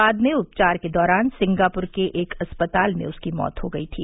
बाद में उपचार के दौरान सिंगापुर के एक अस्पताल में उसकी मौत हो गई थी